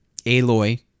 Aloy